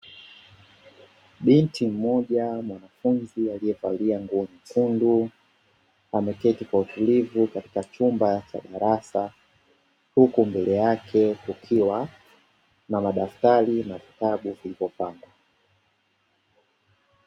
Binti mmoja mwanafunzi alievalia nguo nyekundu ameketi kwa utulivu katika chumba cha darasa, huku mbele yake kukiwa na madaftari na vitabu vilivyopangwa.